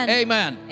amen